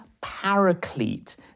paraclete